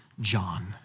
John